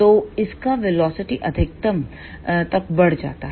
तो इसका वेलोसिटी अधिकतम तक बढ़ जाता है